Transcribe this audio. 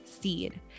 Seed